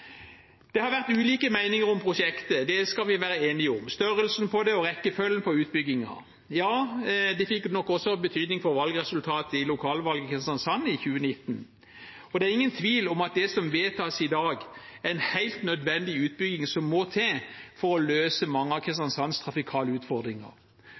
Det har vært ulike meninger om prosjektet, det skal vi være enige om – størrelsen på det og rekkefølgen på utbyggingen. Ja, det fikk nok også betydning for valgresultatet i lokalvalget i Kristiansand i 2019. Det er ingen tvil om at det som vedtas i dag, er en helt nødvendig utbygging som må til for å løse mange av